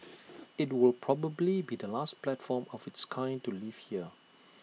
IT will probably be the last platform of its kind to leave here